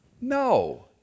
No